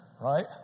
Right